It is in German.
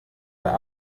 der